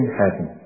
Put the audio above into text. heaven